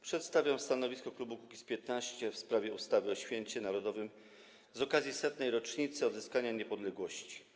Przedstawiam stanowisko klubu Kukiz’15 w sprawie ustawy o Święcie Narodowym z okazji 100. Rocznicy Odzyskania Niepodległości.